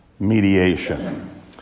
mediation